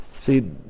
See